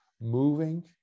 moving